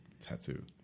tattoo